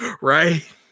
Right